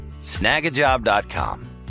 snagajob.com